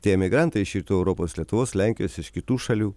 tie emigrantai iš rytų europos lietuvos lenkijos iš kitų šalių